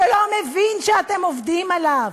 שלא מבין שאתם עובדים עליו,